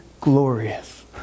glorious